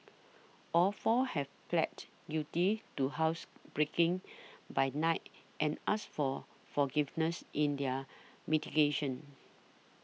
all four have pleaded guilty to housebreaking by night and asked for forgiveness in their mitigation